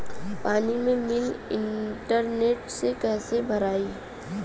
पानी के bill internet से कइसे भराई?